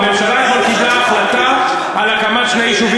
תענה.